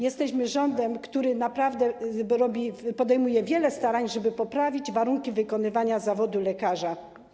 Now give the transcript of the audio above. Jesteśmy rządem, który naprawdę podejmuje wiele starań, żeby poprawić warunki wykonywania zawodu lekarza.